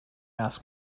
ask